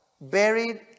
buried